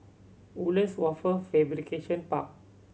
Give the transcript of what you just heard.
Woodlands Wafer Fabrication Park